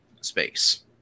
space